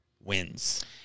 wins